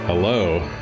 Hello